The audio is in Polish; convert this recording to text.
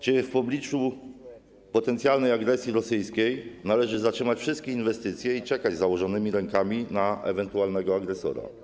Czy w obliczu potencjalnej agresji rosyjskiej należy zatrzymać wszystkie inwestycje i czekać z założonymi rękami na ewentualnego agresora?